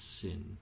sin